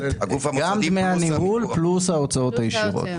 גם דמי הניהול פלוס ההוצאות הישירות.